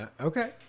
Okay